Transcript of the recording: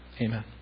Amen